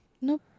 Nope